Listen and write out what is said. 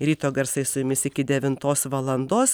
ryto garsai su jumis iki devintos valandos